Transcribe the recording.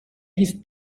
his